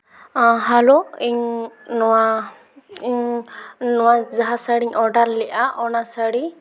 hello ᱤᱧ ᱱᱚᱣᱟ ᱤᱧ ᱱᱚᱣᱟ ᱡᱟᱦᱟᱸ ᱥᱟᱹᱲᱤᱧ ᱚᱰᱟᱨ ᱞᱮᱜᱼᱟ ᱚᱱᱟ ᱥᱟᱹᱲᱤ